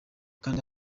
kanda